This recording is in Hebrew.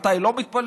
מתי לא מתפללים,